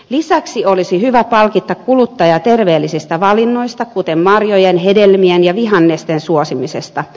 lisäksi olisi hyvä palkita kuluttaja terveellisistä valinnoista kuten marjojen hedelmien ja vihannesten suosimisesta